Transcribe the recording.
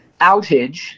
outage